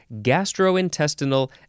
gastrointestinal